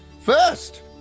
First